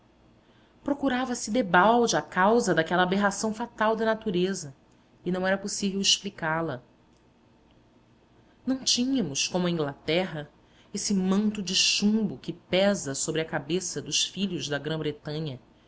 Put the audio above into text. mal procurava se debalde a causa daquela aberração fatal da natureza e não era possível explicá la não tínhamos como a inglaterra esse manto de chumbo que pesa sobre a cabeça dos filhos da